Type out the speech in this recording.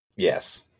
Yes